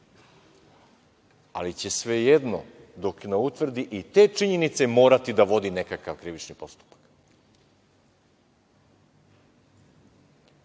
ali će svejedno dok ne utvrdi i te činjenice morati da vodi nekakav krivični postupak. Znate,